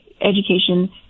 education